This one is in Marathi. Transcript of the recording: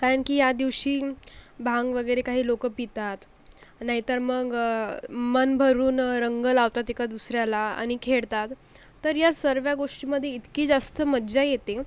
कारण की यादिवशी भांग वगैरे काही लोक पितात नाहीतर मग मनभरून रंग लावतात एका दुसऱ्याला आनी खेळतात तर या सर्व गोष्टीमधे इतकी जास्त मजा येते